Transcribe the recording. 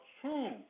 true